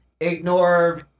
ignore